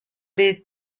les